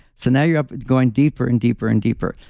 so, now you're but going deeper and deeper and deeper.